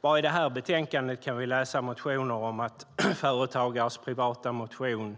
Bara i detta betänkande kan vi läsa motioner om att företagares privata motion